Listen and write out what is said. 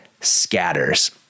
scatters